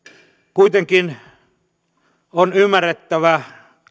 kuitenkin on ymmärrettävä